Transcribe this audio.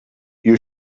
you